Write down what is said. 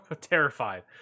terrified